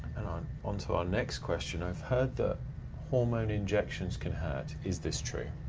and on on to our next question. i've heard the hormone injections can hurt, is this true?